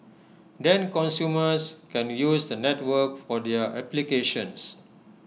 then consumers can use the network for their applications